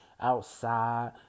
outside